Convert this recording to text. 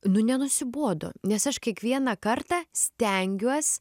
nu nenusibodo nes aš kiekvieną kartą stengiuos